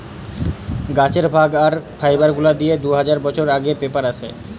গাছের ভাগ আর ফাইবার গুলা দিয়ে দু হাজার বছর আগে পেপার আসে